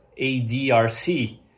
ADRC